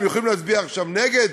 הם יכולים להצביע עכשיו נגד?